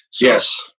Yes